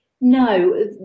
No